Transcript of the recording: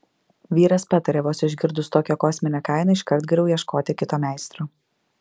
vyras patarė vos išgirdus tokią kosminę kainą iškart geriau ieškoti kito meistro